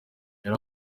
yari